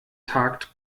tagt